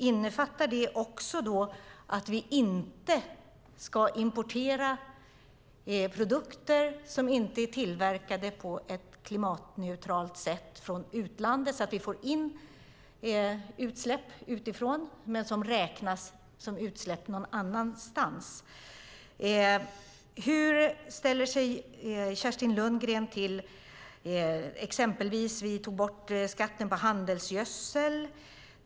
Innefattar det att vi inte ska importera produkter som inte är tillverkade på ett klimatneutralt sätt från utlandet? Sådana produkter skulle ju innebära att vi får in utsläpp utifrån som räknas som utsläpp någon annanstans. Hur ställer sig Kerstin Lundgren till det faktum att vi tog bort skatten på handelsgödsel?